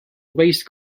waste